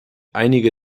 einige